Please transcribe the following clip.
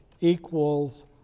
equals